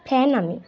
fan আমি